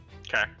Okay